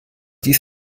dies